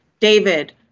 David